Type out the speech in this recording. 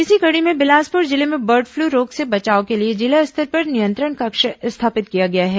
इसी कड़ी में बिलासपुर जिले में बर्ड फ्लू रोग से बचाव के लिए जिला स्तर पर नियंत्रण कक्ष स्थापित किया गया है